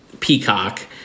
Peacock